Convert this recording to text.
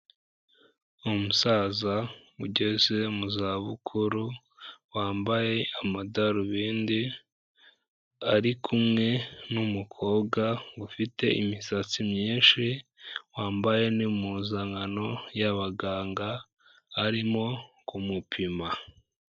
Umusaza ugeze mu zabukuru wambaye amadarubindi arikumwe n'umukobwa ufite imisatsi myinshi, wambaye n'impuzankano y'abaganga arimo kumupima.